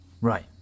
Right